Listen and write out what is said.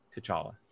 T'Challa